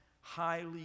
highly